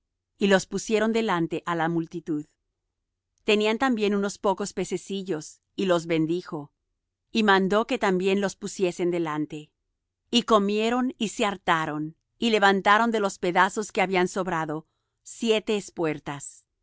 y los pusieron delante á la multitud tenían también unos pocos pececillos y los bendijo y mandó que también los pusiesen delante y comieron y se hartaron y levantaron de los pedazos que habían sobrado siete espuertas